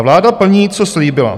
Vláda plní, co slíbila.